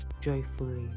joyfully